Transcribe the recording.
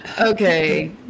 Okay